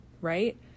right